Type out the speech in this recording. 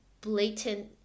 blatant